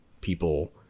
people